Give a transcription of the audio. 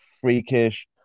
freakish